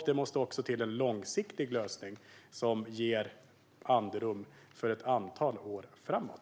Det måste också till en långsiktig lösning som ger andrum för ett antal år framåt.